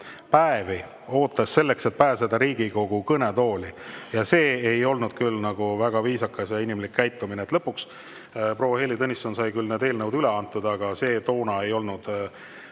päevi, ootas, et pääseda Riigikogu kõnetooli. See ei olnud küll väga viisakas ja inimlik käitumine. Lõpuks proua Heili Tõnisson sai küll eelnõud üle antud, aga see ei olnud